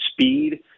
speed